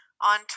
on